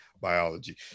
Biology